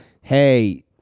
hey